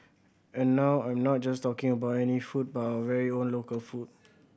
and now I'm not just talking about any food but our very own local food